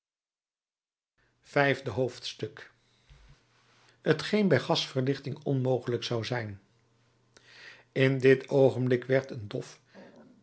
vijfde hoofdstuk t geen bij gasverlichting onmogelijk zou zijn in dit oogenblik werd een dof